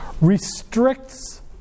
restricts